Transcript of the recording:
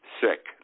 Sick